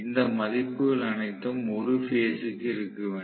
இந்த மதிப்புகள் அனைத்தும் ஒரு பேஸ் க்கு இருக்க வேண்டும்